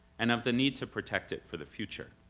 and of the need to protect it for the future.